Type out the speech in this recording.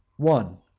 one.